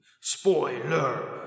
SPOILER